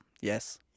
Yes